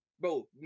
Bro